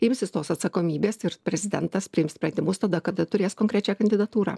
imsis tos atsakomybės ir prezidentas priims sprendimus tada kada turės konkrečią kandidatūrą